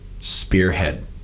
spearhead